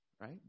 right